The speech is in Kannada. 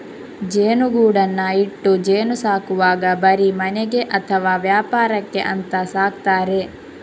ಜೇನುಗೂಡನ್ನ ಇಟ್ಟು ಜೇನು ಸಾಕುವಾಗ ಬರೀ ಮನೆಗೆ ಅಥವಾ ವ್ಯಾಪಾರಕ್ಕೆ ಅಂತ ಸಾಕ್ತಾರೆ